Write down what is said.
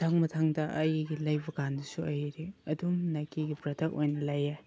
ꯃꯊꯪ ꯃꯊꯪꯗ ꯑꯩꯒꯤ ꯂꯩꯕꯀꯥꯟꯗꯁꯨ ꯑꯩ ꯑꯗꯨꯝ ꯅꯥꯏꯀꯤꯒꯤ ꯄ꯭ꯔꯗꯛ ꯑꯣꯏꯅ ꯂꯩꯌꯦ